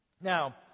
Now